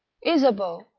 isabeau,